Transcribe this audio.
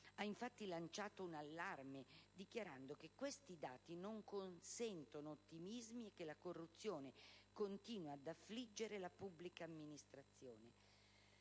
ha infatti lanciato un allarme, dichiarando che questi dati non consentono ottimismi e che la corruzione continua ad affliggere la pubblica amministrazione.